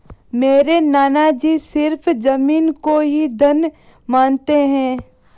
मेरे नाना जी सिर्फ जमीन को ही धन मानते हैं